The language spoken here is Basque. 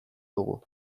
dugu